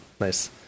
nice